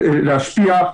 -- תודה.